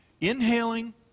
inhaling